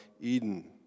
Eden